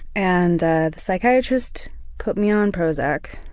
and the psychiatrist put me on prozac